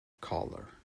collar